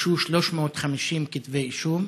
הוגשו 350 כתבי אישום.